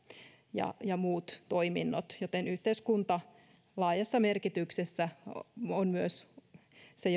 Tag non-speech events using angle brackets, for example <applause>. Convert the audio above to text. ja ja muut toiminnot joten yhteiskunta laajassa merkityksessä on myös se <unintelligible>